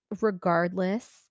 Regardless